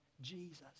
Jesus